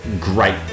great